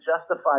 justify